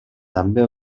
també